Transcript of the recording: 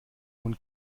von